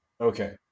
Okay